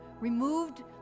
removed